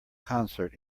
concert